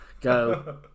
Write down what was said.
go